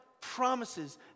promises